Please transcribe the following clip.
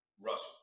Russell